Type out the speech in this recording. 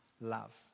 love